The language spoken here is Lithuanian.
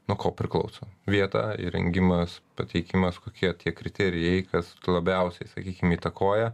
nuo ko priklauso vieta įrengimas pateikimas kokie tie kriterijai kas labiausiai sakykim įtakoja